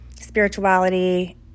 spirituality